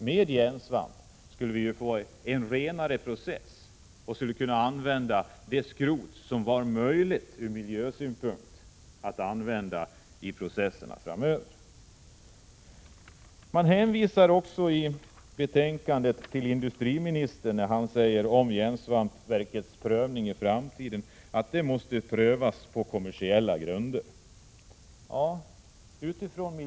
Med järnsvampsverk skulle vi få en renare process och i processerna framöver kunna använda det skrot som är möjligt att använda från miljösynpunkt. Man hänvisar i betänkandet till industriministerns uttalande att järnsvampsverksprojekten måste prövas på kommersiella grunder.